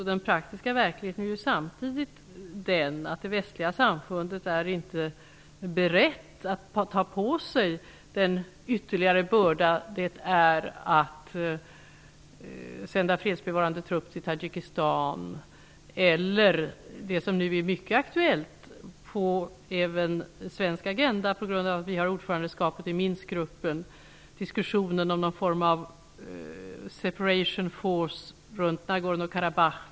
I den praktiska verkligheten är det västliga samfundet inte berett att ta på sig den ytterligare börda det innebär att sända fredsbevarande trupp till Tadzjikistan. Mycket aktuell även på svensk agenda på grund av Sveriges ordförandeskap i Minsk-gruppen är diskussionen om någon form av ''separation force'' runt Nagorno-Karabach.